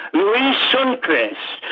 reese suncris,